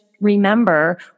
remember